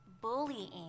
bullying